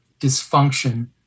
dysfunction